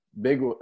big